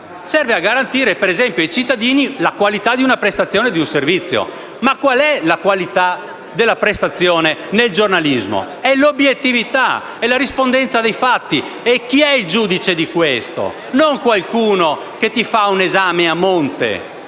- a garantire ai cittadini la qualità di una prestazione e di un servizio. Ma qual è la qualità della prestazione nel giornalismo? È l'obiettività, la rispondenza dei fatti. E chi è il giudice di questo? Non certo colui che ti fa un esame a monte